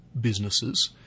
businesses